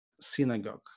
synagogue